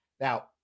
Now